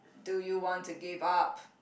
do you want to give up